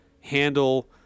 handle